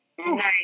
Nice